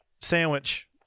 sandwich